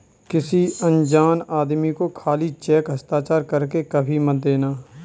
किसी अनजान आदमी को खाली चेक हस्ताक्षर कर के कभी मत देना